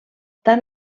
tant